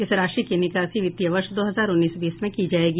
इस राशि की निकासी वित्तीय वर्ष दो हजार उन्नीस बीस में की जायेगी